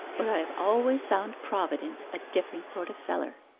but i have always found providence a different sort of feller